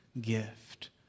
gift